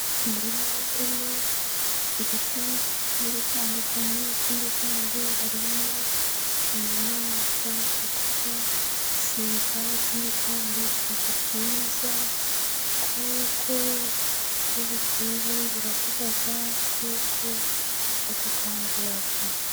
Umurima urimo ibiti bigiye bitandukanye, ikindi kandi harimo inyamaswa twita igisiga, ikindi kandi biba byiza, kuko iyo bukeye biravuga, kuko biradukangura.